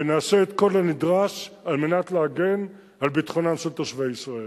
ונעשה את כל הנדרש על מנת להגן על ביטחונם של תושבי ישראל.